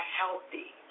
healthy